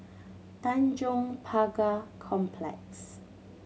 Tanjong Pagar Complex